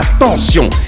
attention